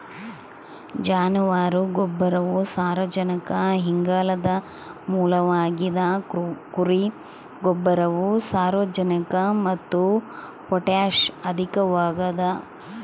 ಜಾನುವಾರು ಗೊಬ್ಬರವು ಸಾರಜನಕ ಇಂಗಾಲದ ಮೂಲವಾಗಿದ ಕುರಿ ಗೊಬ್ಬರವು ಸಾರಜನಕ ಮತ್ತು ಪೊಟ್ಯಾಷ್ ಅಧಿಕವಾಗದ